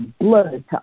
blood